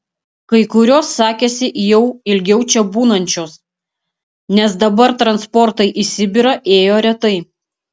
kai kurios sakėsi jau ilgiau čia būnančios nes dabar transportai į sibirą ėjo retai